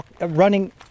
running